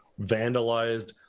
vandalized